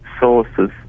sources